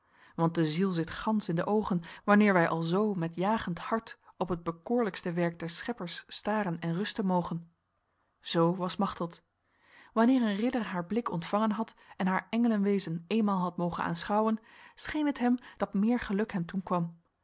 want de ziel zit gans in de ogen wanneer wij alzo met jagend hart op het bekoorlijkste werk des scheppers staren en rusten mogen zo was machteld wanneer een ridder haar blik ontvangen had en haar engelenwezen eenmaal had mogen aanschouwen scheen het hem dat meer geluk hem toekwam